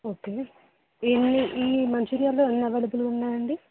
okay ఎన్ని ఈ మంచిర్యాలలో ఎన్ని అవైలబుల్ ఉన్నాయండి